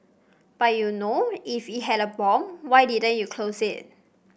but you know if it had a bomb why didn't you close it